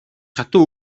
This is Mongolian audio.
хатуу